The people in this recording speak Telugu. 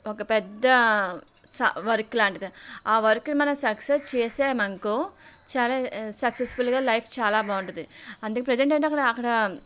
ఒక ఒక పెద్ద వర్క్ లాంటిది ఆ వర్క్ని మనం సక్సెస్ చేసాం అనుకో చాలా సక్సెస్ఫుల్గా లైఫ్ చాలా బాగుంటుంది అంటే ప్రసెంట్ ఏంటంటే అక్క అక్కడ